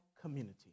community